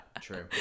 true